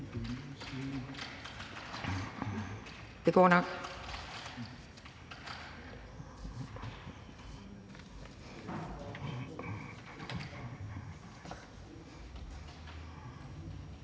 Det er nok